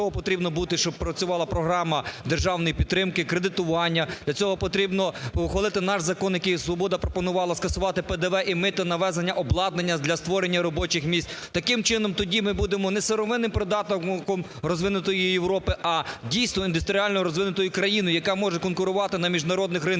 Для цього потрібно, щоб працювала програма державної підтримки кредитування, для цього потрібно ухвалити наш закон, який "Свобода" пропонувала, скасувати ПДВ і мито на ввезення обладнання для створення робочих місць. Таким чином тоді ми будемо не сировинним придатком розвинутої Європи, а дійсно індустріально розвинутою країною, яка може конкурувати на міжнародних ринках.